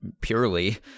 purely